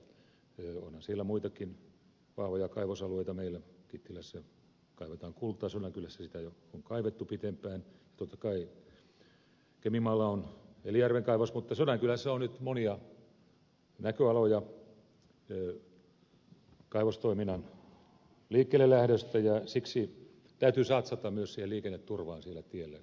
on siellä meillä muitakin vahvoja kaivosalueita kittilässä kaivetaan kultaa sodankylässä sitä on kaivettu jo pitempään totta kai keminmaalla on elijärven kaivos mutta sodankylässä on nyt monia näköaloja kaivostoiminnan liikkeellelähdöstä ja siksi täytyy satsata myös liikenneturvaan teillä